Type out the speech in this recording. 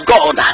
God